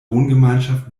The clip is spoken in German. wohngemeinschaft